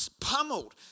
pummeled